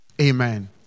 Amen